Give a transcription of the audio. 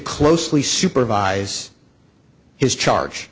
closely supervise his charge